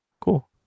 cool